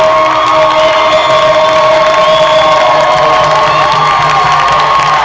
oh